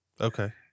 Okay